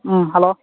ꯎꯝ hello